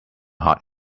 heart